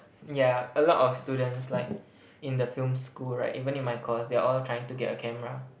ya a lot of students like in the film school right even in my course they are all trying to get a camera